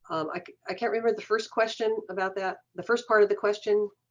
like i can't remember the first question about that, the first part of the question.